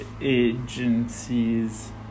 agencies